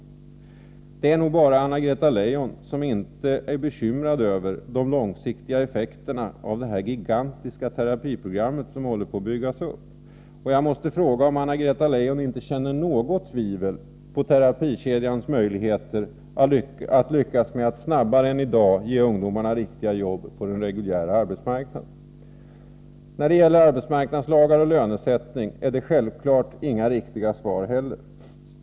Det är nog bara Anna-Greta Leijon som inte är bekymrad över de långsiktiga effekterna av detta gigantiska terapiprogram som håller på att byggas upp. Och jag måste fråga om Anna-Greta Leijon inte hyser något tvivel på terapikedjans möjligheter att lyckas med att snabbare än i dag ge ungdomar na riktiga jobb på den reguljära arbetsmarknaden. När det gäller arbetsmarknadslagar och lönesättning får vi självfallet heller inga riktiga svar.